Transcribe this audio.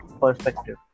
perspective